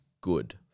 good